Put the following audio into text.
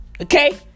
Okay